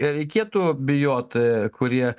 reikėtų bijot kurie